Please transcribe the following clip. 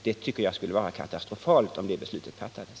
Jag tycker det skulle vara katastrofalt om ett sådant beslut fattades.